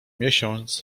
miesiąc